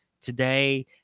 today